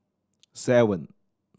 seven